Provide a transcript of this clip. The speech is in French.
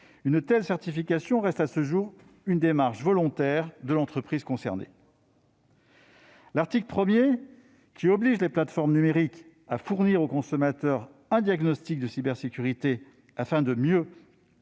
une telle certification reste, à ce jour, une démarche volontaire de l'entreprise concernée. L'article 1 de cette proposition de loi, qui oblige les plateformes numériques à fournir aux consommateurs un diagnostic de cybersécurité, afin de mieux